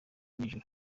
mwijuru